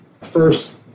First